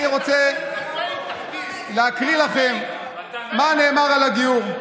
אני רוצה להקריא לכם מה נאמר על הגיור.